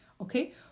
Okay